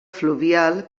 fluvial